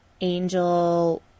angel